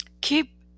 Keep